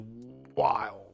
wild